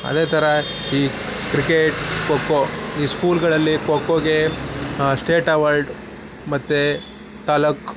ಅದೇ ಥರ ಈ ಕ್ರಿಕೇಟ್ ಖೊ ಖೊ ಈ ಸ್ಕೂಲುಗಳಲ್ಲಿ ಖೋ ಖೋಗೆ ಸ್ಟೇಟ್ ಅವಾರ್ಡ್ ಮತ್ತು ತಾಲ್ಲೂಕು